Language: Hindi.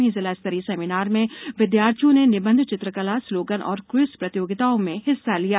वहीं जिला स्तरीय सेमिनार में विद्यार्थियों ने निबंध चित्रकला स्लोगन और क्विज प्रतियोगिताओं को हिस्सा लिया